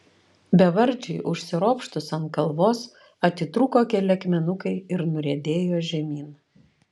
bevardžiui užsiropštus ant kalvos atitrūko keli akmenukai ir nuriedėjo žemyn